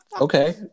Okay